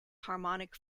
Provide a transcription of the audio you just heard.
harmonic